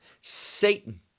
Satan